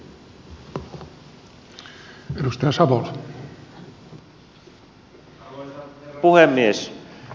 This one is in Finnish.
arvoisa herra puhemies